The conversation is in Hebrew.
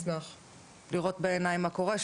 לראות בעיניים מה קורה.